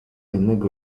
innego